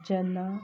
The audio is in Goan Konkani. जेन्ना